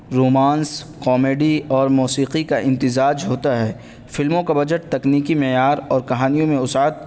romance comedy اور موسیقی کا امتزاج ہوتا ہے فلموں کا بجٹ تکنیکی معیار اور کہانیوں میں وسعت